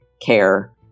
care